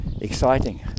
exciting